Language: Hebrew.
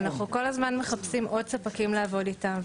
אנחנו כל הזמן מחפשים עוד ספקים לעבוד איתם.